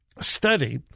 study